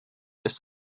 ist